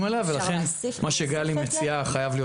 עליה ולכן מה שגלי מציעה חייב להיות.